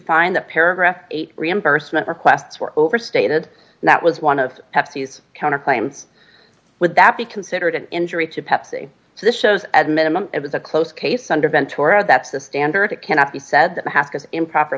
find that paragraph eight reimbursement requests were overstated and that was one of pepsi's counterclaims would that be considered an injury to pepsi so this shows at minimum it was a close case under ventura that's the standard it cannot be